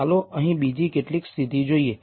ચાલો અહીં બીજી કેટલીક સ્થિતિ જોઈએ